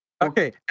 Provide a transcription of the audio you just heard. Okay